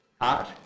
art